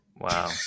Wow